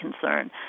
concern